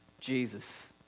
Jesus